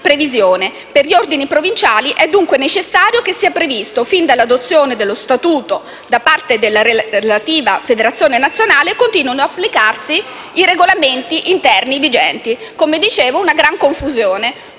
per questi ultimi è dunque necessario che sia previsto che, fino all'adozione dello statuto da parte della relativa federazione nazionale, continuino ad applicarsi i regolamenti interni vigenti. Come dicevo, c'è una gran confusione: